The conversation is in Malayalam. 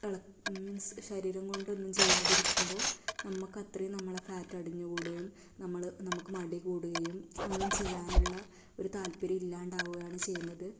ഇളക്ക് മീൻസ് ശരീരം കൊണ്ട് ഒന്നും ചെയ്യാതെ ഇരിക്കുമ്പോൾ നമക്കത്രയും നമ്മളെ ഫാറ്റടിഞ്ഞു കൂടുകയും നമ്മൾ നമുക്ക് മടി കൂടുകയും ഒന്നും ചെയ്യാനുള്ള ഒരു താൽപ്പര്യം ഇല്ലാണ്ടാവുകയാണ് ചെയ്യുന്നത്